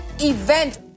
event